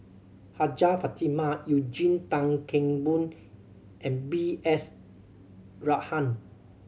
Hajjah Fatimah Eugene Tan Kheng Boon and B S Rajhan